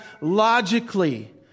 logically